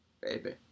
baby